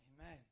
Amen